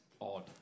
odd